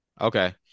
Okay